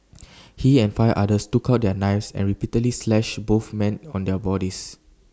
he and five others took out their knives and repeatedly slashed both man on their bodies